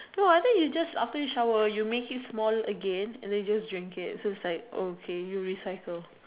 no I think is just after you shower you make it small again and then you just drink it so it's like oh K you recycle